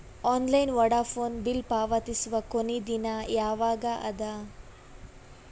Online Vodafone bill ಪಾವತಿಸುವ ಕೊನಿ ದಿನ ಯವಾಗ ಅದ?